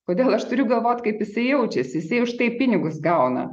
kodėl aš turiu galvot kaip jisai jaučiasi jisai už tai pinigus gauna